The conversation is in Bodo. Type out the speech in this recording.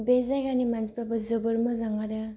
बे जायगानि मानसिफोराबो जोबोर मोजां आरो